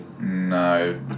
No